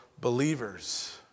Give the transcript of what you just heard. believers